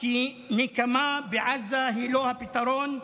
כי נקמה בעזה היא לא הפתרון.